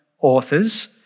authors